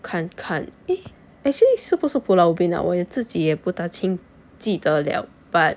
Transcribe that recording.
看看 eh actually 是不是 pulau ubin ah 我也自己也不大清记得了 but